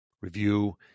Review